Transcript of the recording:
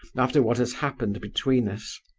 after what has happened between us.